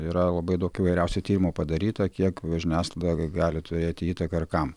yra labai daug įvairiausių tyrimų padaryta kiek žiniasklaida gali turėti įtaką ir kam